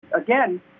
Again